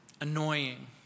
annoying